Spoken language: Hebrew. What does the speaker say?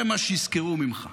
זה מה שיזכרו ממך,